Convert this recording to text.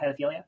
pedophilia